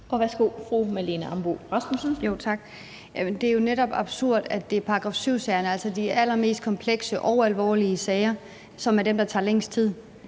Kl. 16:58 Marlene Ambo-Rasmussen (V): Tak. Jamen det er jo netop absurd, at det er § 7-sagerne, altså de allermest komplekse og alvorlige sager, som er dem, der tager længst tid.